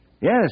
Yes